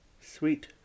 Sweet